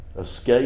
Escape